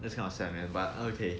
that's kind of sad man but okay